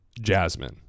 Jasmine